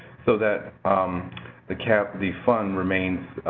so that the cap the fund remains